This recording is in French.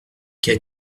qu’as